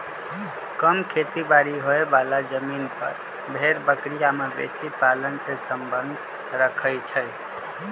कम खेती बारी होय बला जमिन पर भेड़ बकरी आ मवेशी पालन से सम्बन्ध रखई छइ